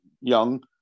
young